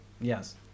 Yes